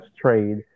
trade